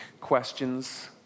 questions